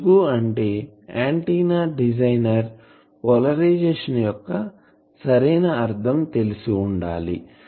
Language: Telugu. ఎందుకు అంటే ఆంటిన్నా డిజైనర్ పోలరైజేషన్ యొక్క సరైన అర్ధం తెలిసి ఉండాలి